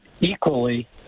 equally